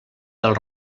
del